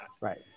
right